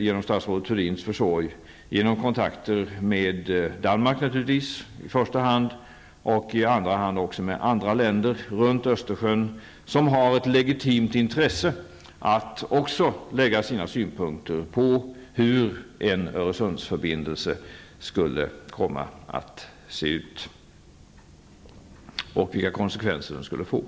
genom statsrådet Thurdins försorg genom kontakter med Danmark i första hand och i andra hand också med andra länder runt Östersjön som har ett legitimt intresse att lägga fram sina synpunkter på hur en Öresundsförbindelse kan komma att se ut och vilka konsekvenser den kan få.